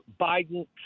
Biden